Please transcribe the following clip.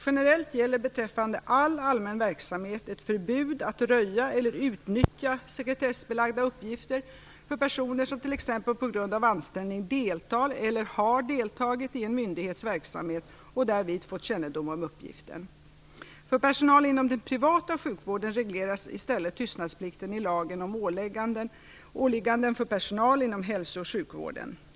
Generellt gäller beträffande all allmän verksamhet ett förbud att röja eller utnyttja sekretessbelagda uppgifter för personer som t.ex. på grund av anställning deltar eller har deltagit i en myndighets verksamhet och därvid fått kännedom om uppgiften. För personal inom den privata sjukvården regleras i stället tystnadsplikten i lagen om åligganden för personal inom hälso och sjukvården.